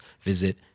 visit